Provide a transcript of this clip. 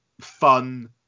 fun